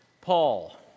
Paul